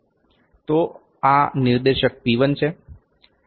તો આ નિર્દેશક P1 છે